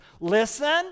Listen